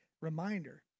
reminder